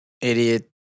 idiot